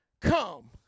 Come